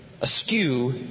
askew